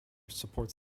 supports